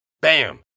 Bam